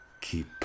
Keep